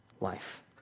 life